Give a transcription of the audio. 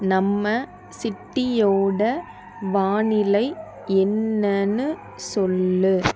நம்ம சிட்டியோட வானிலை என்னன்னு சொல்